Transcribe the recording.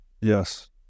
Yes